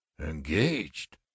Engaged